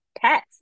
pets